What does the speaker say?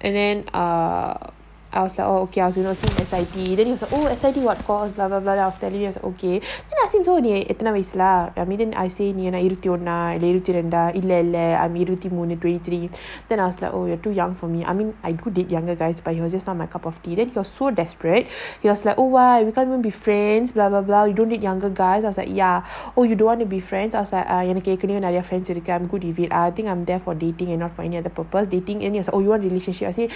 and then err I was like oh okay I was also in S_I_T then he was like oh S_I_T what course blah blah blah then I was telling him oh okay then I ask him நீஎத்தனைவயசுலயே:nee ethana vayasulaye then I was like oh you are too young for me I mean I could date younger guys but he was just not my cup of tea then he was so desperate he was like oh !wah! we can't even be friends blah blah blah you don't date younger guys then I was like ya oh you don't want to be friends I was like எனக்குஏற்கனவேநெறய:enaku yerkanave neraya friends இருக்காங்க:irukanga I'm good with it ah I think I'm there for dating and not for any other purpose dating and yes oh you want relationship I say